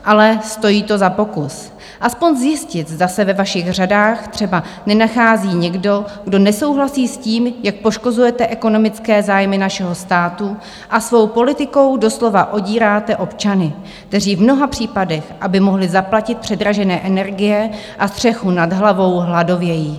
Ale stojí to za pokus aspoň zjistit, zda se ve vašich řadách třeba nenachází někdo, kdo nesouhlasí s tím, jak poškozujete ekonomické zájmy našeho státu a svou politikou doslova odíráte občany, kteří v mnoha případech, aby mohli zaplatit předražené energie a střechu nad hlavou, hladovějí.